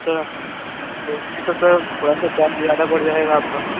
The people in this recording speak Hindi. अच्छा तो यह तो सर थोड़ा सा चार्ज ज़्यादा बढ़ जाएगा आपका